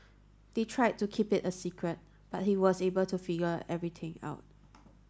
they tried to keep it a secret but he was able to figure everything out